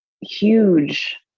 huge